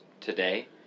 today